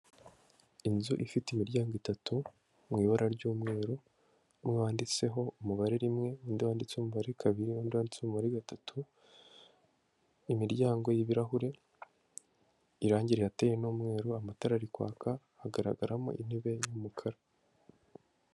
Inzu ifite imiryango itatu mu ibara ry'umweru, n'undi wanditseho umubare rimwe, undi wanditse umubare kabiri, undi wanditseho umubare gatatu, imiryango y'ibirahure, irangi rirateye ni umweru, amatara ari kwaka, hagaragaramo intebe y'umukara.